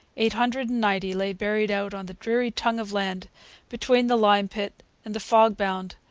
eight hundred and ninety lay buried out on the dreary tongue of land between the lime-pit and the fog-bound,